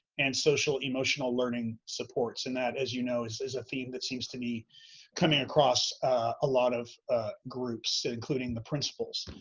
and social emotional learning supports. and that, as you know, is is a theme that seems to be coming across a lot of ah groups and including the principals.